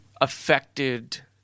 affected